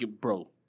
bro